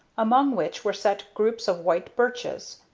among which were set groups of white birches.